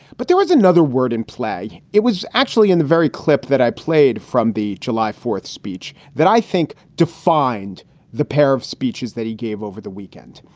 but there was another word in play. it was actually in the very clip that i played from the july fourth speech that i think defined the pair of speeches that he gave over the weekend.